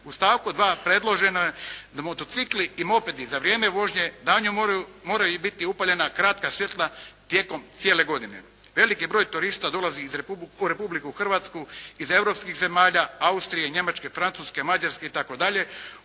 U stavku 2. predloženo je da motocikli i mopedi za vrijeme vožnje danju moraju biti upaljena kratka svjetla tijekom cijele godine. Veliki broj turista dolazi u Republiku Hrvatsku iz europskih zemalja, Austrije, Njemačke, Francuske, Mađarske i